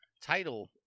title